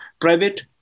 private